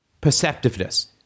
perceptiveness